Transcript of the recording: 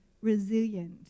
resilient